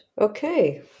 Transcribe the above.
Okay